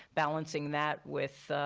balancing that with,